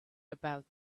about